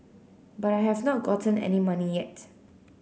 but I have not gotten any money yet